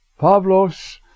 Pavlos